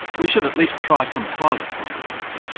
we should at least try some pilot farms.